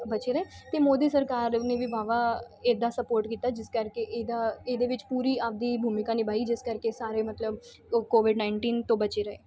ਬਚੇ ਰਹੇ ਅਤੇ ਮੋਦੀ ਸਰਕਾਰ ਨੇ ਵੀ ਵਾ ਵਾ ਇੱਦਾਂ ਸਪੋਰਟ ਕੀਤਾ ਜਿਸ ਕਰਕੇ ਇਹਦਾ ਇਹਦੇ ਵਿੱਚ ਪੂਰੀ ਆਪਦੀ ਭੂਮਿਕਾ ਨਿਭਾਈ ਜਿਸ ਕਰਕੇ ਸਾਰੇ ਮਤਲਬ ਕੋਵਿਡ ਨਾਈਨਟੀਨ ਤੋਂ ਬਚੇ ਰਹੇ